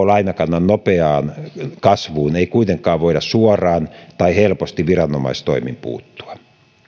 lainakannan nopeaan kasvuun ei kuitenkaan voida suoraan tai helposti viranomaistoimin puuttua